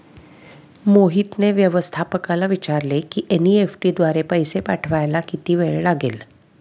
मोहितने व्यवस्थापकाला विचारले की एन.ई.एफ.टी द्वारे पैसे पाठवायला किती वेळ लागेल